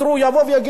יבואו ויגידו,